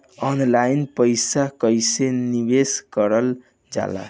Online पईसा कईसे निवेश करल जाला?